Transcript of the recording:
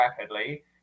rapidly